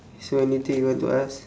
so anything you want to ask